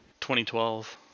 2012